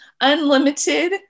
unlimited